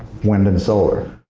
wind and solar.